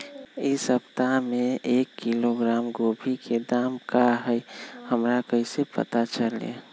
इ सप्ताह में एक किलोग्राम गोभी के दाम का हई हमरा कईसे पता चली?